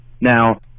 Now